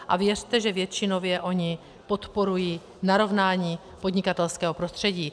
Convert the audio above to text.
A věřte, že většinově oni podporují narovnání podnikatelského prostředí.